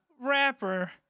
rapper